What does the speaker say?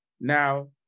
Now